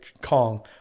Kong